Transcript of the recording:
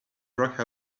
broke